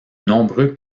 nombreux